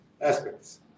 aspects